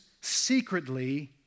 secretly